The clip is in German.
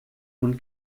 und